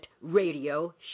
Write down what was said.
radio